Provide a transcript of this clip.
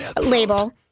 label